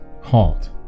halt